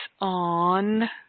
on